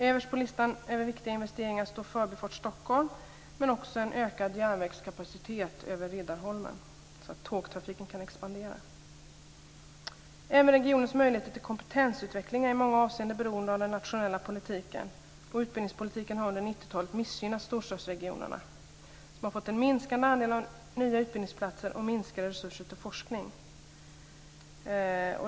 Överst på listan över viktiga investeringar står Förbifart Stockholm, men också en ökad järnvägskapacitet över Riddarholmen så att tågtrafiken kan expandera. Även regionens möjligheter till kompetensutveckling är i många avseenden beroende av den nationella politiken. Utbildningspolitiken har under 1990-talet missgynnat storstadsregionerna som fått en minskande andel av nya utbildningsplatser och minskade resurser till forskning.